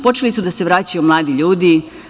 Počeli su da se vraćaju mladi ljudi.